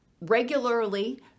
regularly